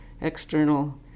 external